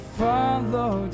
follow